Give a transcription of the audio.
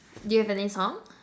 do you have any song